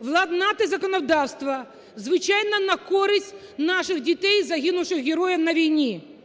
владнати законодавства, звичайно на користь наших дітей загинувших героїв на війні.